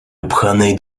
upchanej